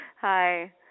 Hi